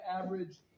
average